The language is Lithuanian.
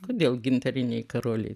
kodėl gintariniai karoliai